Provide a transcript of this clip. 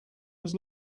was